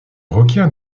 requiert